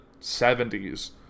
70s